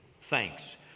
Thanks